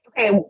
Okay